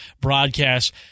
broadcast